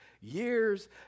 years